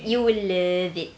you will love it